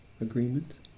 Agreement